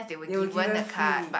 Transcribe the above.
they were given free